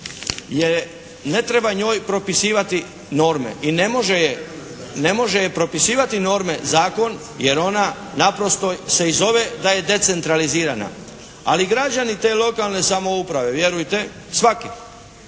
ne treba njoj propisivati norme i ne može je propisivati norme zakon jer ona naprosto se i zove da je da je decentralizirana, ali građani te lokalne samouprave vjerujte svaki,